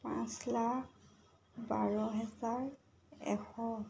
পাঁচ লাখ বাৰ হেজাৰ এশ